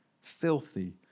filthy